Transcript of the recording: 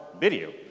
video